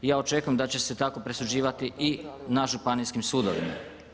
I ja očekujem da će se tako presuđivati i na županijskim sudovima.